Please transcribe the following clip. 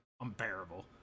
unbearable